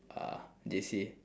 uh J_C